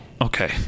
okay